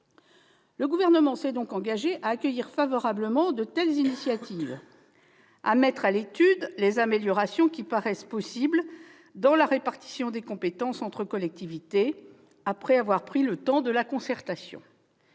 Le Gouvernement s'est donc engagé à accueillir favorablement de telles initiatives et à mettre à l'étude les améliorations qui paraîtraient possibles dans la répartition des compétences entre collectivités, après avoir pris le temps de la concertation.